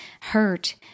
hurt